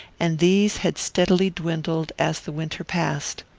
and these had steadily dwindled as the winter passed.